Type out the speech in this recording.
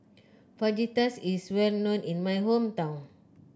fajitas is well known in my hometown